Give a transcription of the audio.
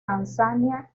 tanzania